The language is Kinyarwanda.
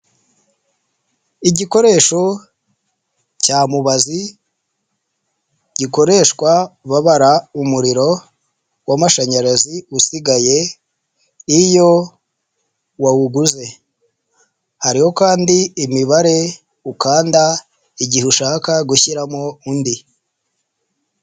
Igikoresho cya mubazi gikoreshwa babara umuriro wamashanyarazi usigaye iyo wawuguze, hariho kandi imibare ukanda igihe ushaka gushyiramo undi.